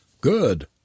Good